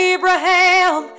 Abraham